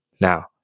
now